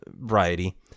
variety